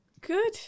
Good